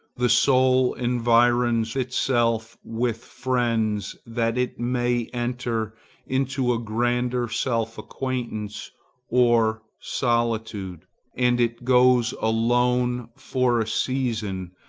the soul environs itself with friends that it may enter into a grander self-acquaintance or solitude and it goes alone for a season,